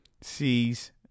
sees